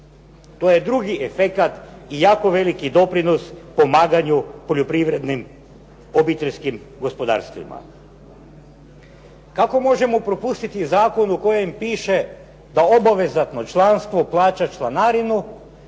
To je drugi efekat i jako veliki doprinos pomaganju poljoprivrednim obiteljskim gospodarstvima. Kako možemo propustiti zakon u kojem piše da obavezatno članstvo plaća članarinu